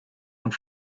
und